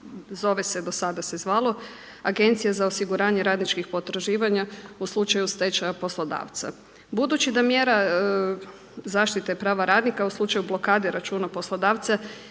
zove se, do sada se zvalo Agencija za osiguranje radničkih potraživanja u slučaju stečaja poslodavca. Budući da mjera zaštite prava radnika u slučaju blokade računa poslodavca